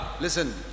Listen